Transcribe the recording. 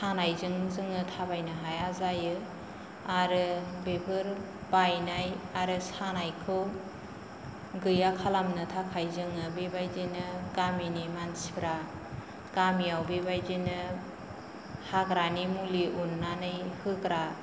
सानायजों जोङो थाबायनो हाया जायो आरो बेफोर बायनाय आरो सानायखौ गैया खालामनो थाखाय जोङो बेबायदिनो गामिनि मानसिफ्रा गामियाव बेबायदिनो हाग्रानि मुलि उननानै होग्रा